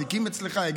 האזיקים אצלך,